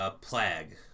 Plague